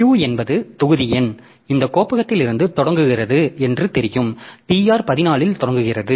Q என்பது தொகுதி எண் இந்த கோப்பகத்திலிருந்து தொடங்குகிறது என்று தெரியும் tr 14 இல் தொடங்குகிறது